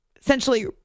essentially –